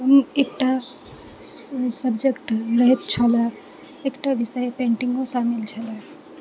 एकटा सब्जेक्ट रहैत छल एकटा विषय पेन्टिंगो शामिल छल